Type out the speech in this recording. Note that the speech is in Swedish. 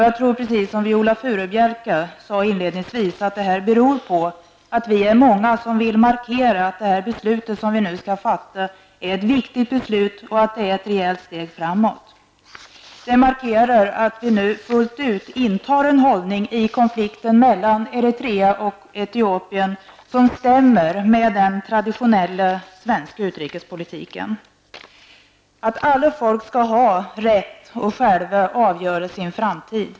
Jag tror, precis som Viola Furubjelke, att det här beror på att vi är många som vill markera att det beslut som vi nu skall fatta är ett viktigt beslut och att det innebär ett rejält steg framåt. Det markerar att vi nu fullt ut intar en hållning i konflikten mellan Eritrea och Etiopien som stämmer med den traditionella svenska utrikespolitiken att alla folk skall ha rätt att själva avgöra sin framtid.